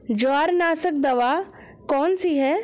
जवारनाशक दवा कौन सी है?